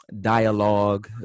dialogue